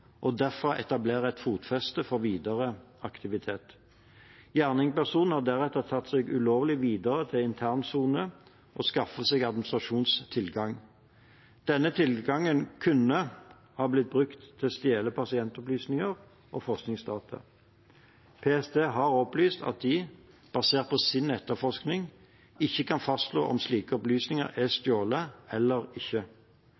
og derfra etablere et fotfeste for videre aktivitet. Gjerningspersonen har deretter tatt seg ulovlig videre til intern sone og skaffet seg administratortilgang. Denne tilgangen kunne ha blitt brukt til å stjele pasientopplysninger og forskningsdata. PST har opplyst at de, basert på sin etterforskning, ikke kan fastslå om slike opplysninger er